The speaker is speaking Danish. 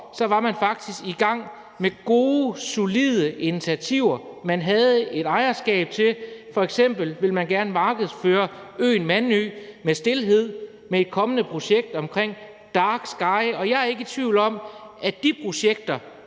var man faktisk i gang med gode, solide initiativer, man havde et ejerskab til. F.eks. vil man gerne markedsføre øen Mandø som et sted med stilhed i et kommende projekt om dark sky. Og jeg er ikke i tvivl om, de projekter,